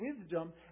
wisdom